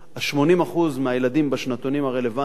ה-80% מהילדים בשנתונים הרלוונטיים,